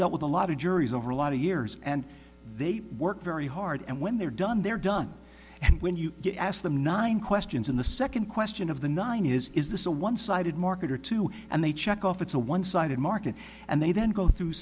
dealt with a lot of juries over a lot of years and they work very hard and when they're done they're done and when you get asked them nine questions in the second question of the nine is is this a one sided market or two and they check off it's a one sided market and they then go through